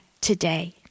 today